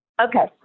Okay